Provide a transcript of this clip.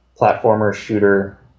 platformer-shooter